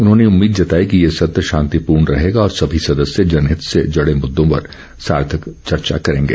उन्होंने उम्मीद जताई कि ये सत्र शांतिपूर्ण रहेगा और सभी सदस्य जनहित से जुडे मुददों पर सार्थक चर्चा करेंगे